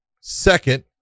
Second